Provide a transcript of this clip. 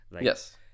yes